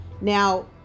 now